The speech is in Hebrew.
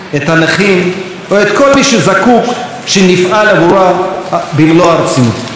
את הנכים או את כל מי שזקוק שנפעל עבורו במלוא הרצינות.